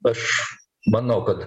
aš manau kad